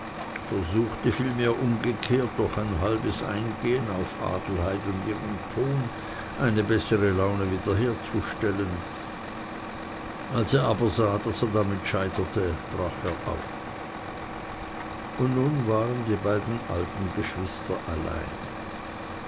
versuchte vielmehr umgekehrt durch ein halbes eingehn auf adelheid und ihren ton eine bessere laune wiederherzustellen als er aber sah daß er damit scheiterte brach er auf und nun waren die beiden alten geschwister allein